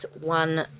one